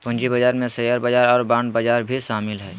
पूँजी बजार में शेयर बजार और बांड बजार भी शामिल हइ